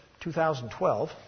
2012